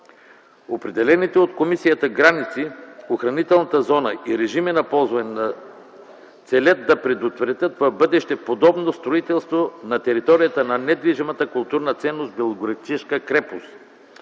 Определените от комисията граници в охранителната зона и режими на ползване целят да предотвратят в бъдеще подобно строителството на територията на недвижимата културна ценност „Белоградчишка крепост”.